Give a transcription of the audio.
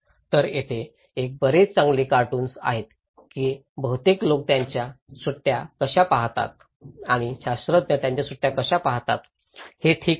तर येथे एक बरेच चांगले कार्टून्स आहे की बहुतेक लोक त्यांच्या सुट्ट्या कशा पाहतात आणि शास्त्रज्ञ त्यांच्या सुट्ट्या कशा पाहतात हे ठीक आहे